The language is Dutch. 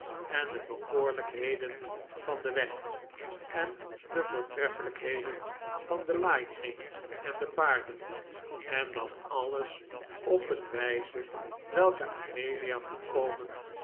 en de bekoorlijkheden van den weg en de voortreffelijkheden van de lightning en de paarden en dat alles op een wijze welke amelia volkomen